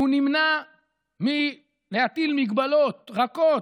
והוא נמנע מלהטיל מגבלות רכות,